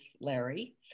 Larry